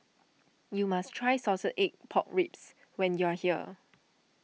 you must try Salted Egg Pork Ribs when you are here